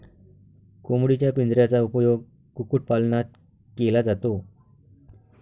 कोंबडीच्या पिंजऱ्याचा उपयोग कुक्कुटपालनात केला जातो